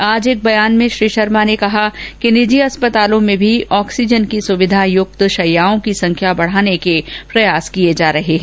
आज एक बयान में श्री शर्मा ने कहा कि निजि अस्पतालों में भी ऑक्सीजन की सुविधा युक्त शैय्याओं की संख्या बढ़ाने के प्रयास किये जा रहे हैं